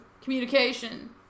Communication